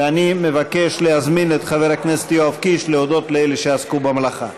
ואני מבקש להזמין את חבר הכנסת יואב קיש להודות לאלה שעסקו במלאכה.